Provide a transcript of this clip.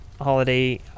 holiday